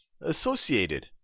associated